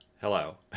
hello